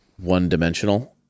one-dimensional